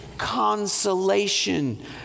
consolation